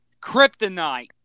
Kryptonite